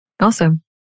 Awesome